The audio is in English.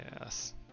Yes